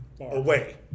away